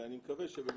ואני מקווה שעכשיו,